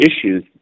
issues